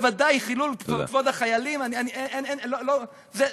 בוודאי חילול כבוד החיילים זה אפריורית.